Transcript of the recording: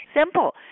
Simple